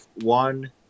one